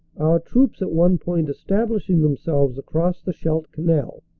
our troops at one point establishing themselves across the scheidt canal.